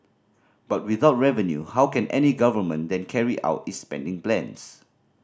but without revenue how can any government then carry out its spending plans